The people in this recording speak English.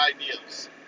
ideas